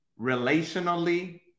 relationally